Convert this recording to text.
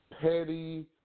petty